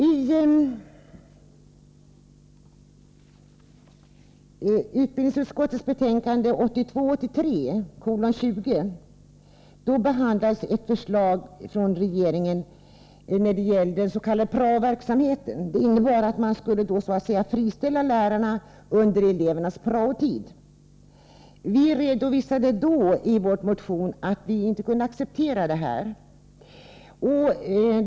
I utbildningsutskottets betänkande 1982/83:20 behandlades ett förslag från regeringen beträffande den s.k. prao-verksamheten. Man skall friställa lärarna under elevernas prao-tid. Vi redovisade då i en motion att vi inte kunde acceptera detta.